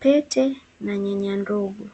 pete, na nyanya ndogo.